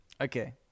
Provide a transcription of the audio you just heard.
Okay